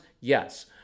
yes